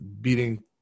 beating